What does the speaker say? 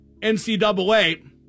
NCAA